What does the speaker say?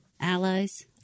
Allies